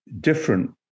different